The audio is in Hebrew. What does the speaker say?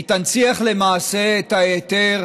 היא תנציח למעשה את ההיתר